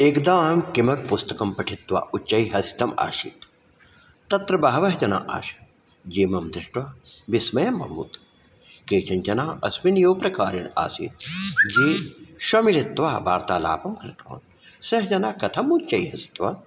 एकदा अहं किमपि पुस्तकं पठित्वा उच्चैः हसितम् आसीत् तत्र बहवः जनाः आसन् एवं दृष्ट्वा विस्मयमभूत् केचन् जनाः अस्मिन् एव प्रकारेण असीत् ये श मिलित्वा वार्तालापं कृत्वा सैः जनाः कथम् उच्छैः हसित्वा